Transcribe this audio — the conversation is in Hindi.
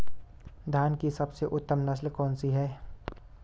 धान की सबसे उत्तम नस्ल कौन सी है?